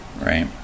right